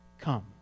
come